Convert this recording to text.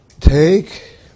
Take